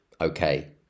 Okay